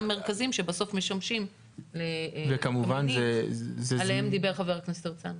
מרכזים שבסוף משמשים לקמינים עליהם דיבר חבר הכנסת הרצנו.